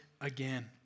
again